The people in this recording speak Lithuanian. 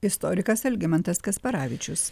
istorikas algimantas kasparavičius